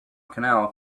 canal